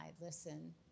listen